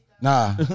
Nah